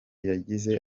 yagize